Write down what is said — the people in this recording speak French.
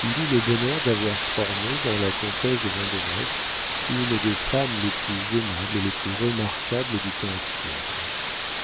il eut le bonheur d'avoir formé dans la comtesse de vandenesse une des femmes les plus aimables et les plus remarquables du temps actuel